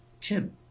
Tim